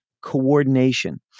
coordination